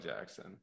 Jackson